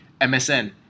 MSN